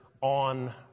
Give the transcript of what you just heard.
on